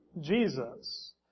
Jesus